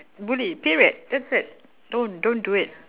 bully period that's it don't don't do it